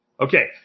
Okay